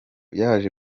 yaje